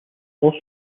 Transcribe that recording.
also